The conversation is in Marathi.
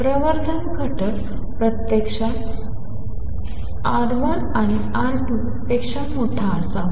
प्रवर्धन घटक प्रत्यक्षात R1 आणि R2 पेक्षा मोठा असावा